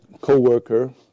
co-worker